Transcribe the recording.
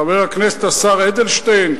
חבר הכנסת השר אדלשטיין,